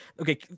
Okay